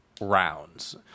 rounds